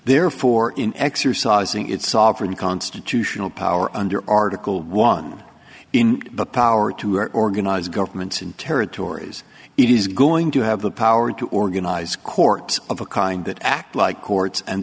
therefore in exercising its sovereign constitutional power under article one in power to or organize governments in territories it is going to have the power to organize courts of a kind that act like courts and